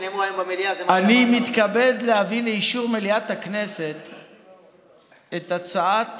אני מתכבד להביא לאישור מליאת הכנסת את הצעת